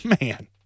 man